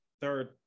third